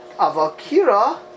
avakira